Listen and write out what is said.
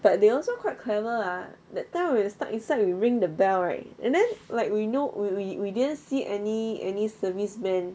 but they also quite clever ah that time we stuck inside we ring the bell right and then like we know we we we didn't see any any serviceman